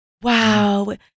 wow